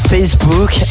Facebook